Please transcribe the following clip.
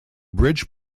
bridge